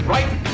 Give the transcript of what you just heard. Right